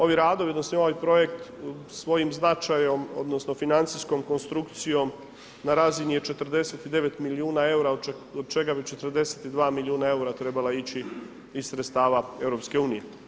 Ovi radovi, odnosno ovaj projekt svojim značajem, odnosno financijskom konstrukcijom na razini je 49 milijuna eura od čega bi 42 milijuna eura trebala ići iz sredstava EU.